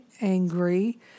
angry